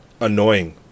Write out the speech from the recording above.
annoying